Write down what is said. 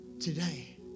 today